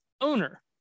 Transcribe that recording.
owner